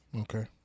Okay